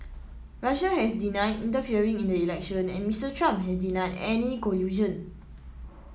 Russia has denied interfering in the election and Mister Trump has denied any collusion